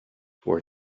were